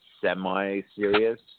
semi-serious